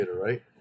right